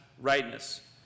rightness